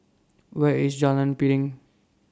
Where IS Jalan Piring